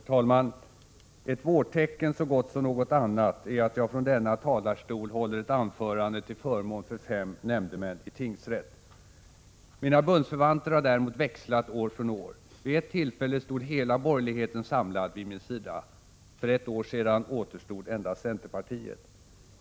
Herr talman! Ett vårtecken så gott som något annat är att jag från denna talarstol håller ett anförande till förmån för fem nämndemän i tingsrätt. Mina bundsförvanter har däremot växlat år från år. Vid ett tillfälle stod hela borgerligheten samlad vid min sida. För ett år sedan återstod endast centerpartiet.